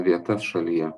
vietas šalyje